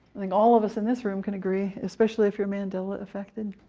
i think all of us in this room can agree, especially if you're mandela-affected.